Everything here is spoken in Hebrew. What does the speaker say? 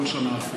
כל שנה.